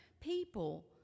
people